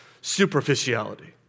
superficiality